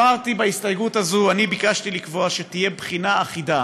בהסתייגות הזאת ביקשתי לקבוע שתהיה בחינה אחידה